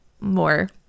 more